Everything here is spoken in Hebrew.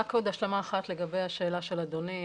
רק עוד השלמה אחת לגבי השאלה של אדוני,